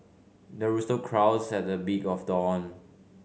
the rooster crows at the big of dawn